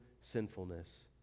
sinfulness